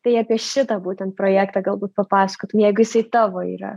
tai apie šitą būtent projektą galbūt papasakotum jeigu jisai tavo yra